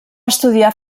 estudiar